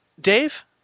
Dave